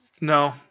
No